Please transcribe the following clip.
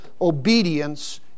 obedience